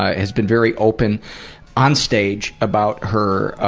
has been very open on stage about her, ah,